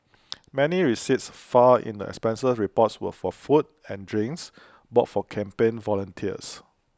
many receipts filed in the expenses reports were for food and drinks bought for campaign volunteers